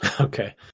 Okay